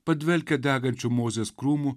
padvelkia degančių mozės krūmų